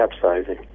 capsizing